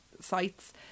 sites